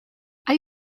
hay